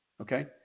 okay